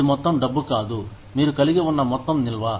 ఇది మొత్తం డబ్బు కాదు మీరు కలిగి ఉన్న మొత్తం నిల్వ